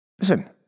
Listen